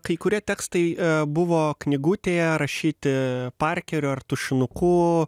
kai kurie tekstai buvo knygutėje rašyti parkeriu ar tušinuku